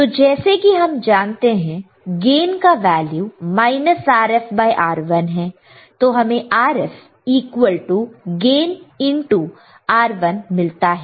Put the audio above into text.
तो जैसे कि हम जानते हैं गेन का वैल्यू Rf R1 है तो हमें Rf equal to gain into R1 मिलता है